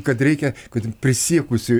kad reikia kad prisiekusiųjų